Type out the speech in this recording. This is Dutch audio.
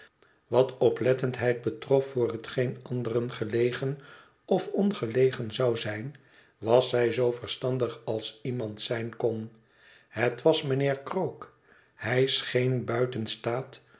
wat oplettendheid betrof voor hetgeen anderen gelegen of ongelegen zou zijn was zij zoo verstandig als iemand zijn kon het was mijnheer krook hij scheen